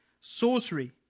sorcery